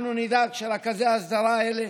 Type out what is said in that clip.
אנחנו נדאג שרכזי ההסדרה האלה